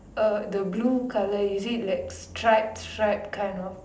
the blue colour is it like stripe stripe kind of